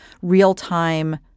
real-time